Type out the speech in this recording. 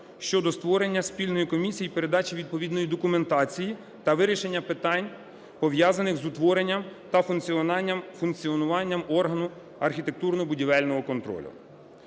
щодо створення спільної комісії передачі відповідної документації та вирішення питань пов'язаних з утворенням та функціонуванням органу архітектурно-будівельного контролю.